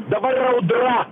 dabar yra audra